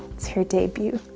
it's her debut.